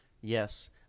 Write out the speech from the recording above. yes